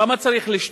למה צריך לשתוק?